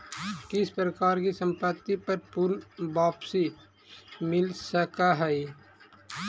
किस प्रकार की संपत्ति पर पूर्ण वापसी मिल सकअ हई